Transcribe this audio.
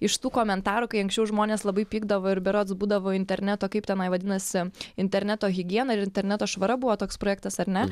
iš tų komentarų kai anksčiau žmonės labai pykdavo ir berods būdavo interneto kaip tenai vadinasi interneto higiena ir interneto švara buvo toks projektas ar ne